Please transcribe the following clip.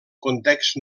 context